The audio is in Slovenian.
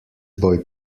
bolj